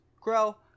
grow